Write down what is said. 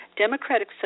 Democratic